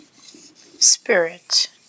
spirit